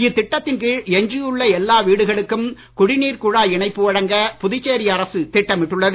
இத்திட்டத்தின் கீழ் எஞ்சியுள்ள எல்லா வீடுகளுக்கும் குடிநீர் குழாய் இணைப்பு வழங்க புதுச்சேரி அரசு திட்டமிட்டுள்ளது